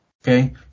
Okay